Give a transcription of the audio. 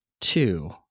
Two